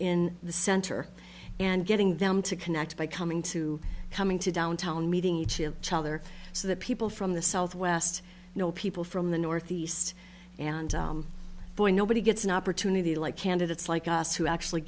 in the center and getting them to connect by coming to coming to downtown meeting each of their so that people from the southwest you know people from the northeast and boy nobody gets an opportunity like candidates like us who actually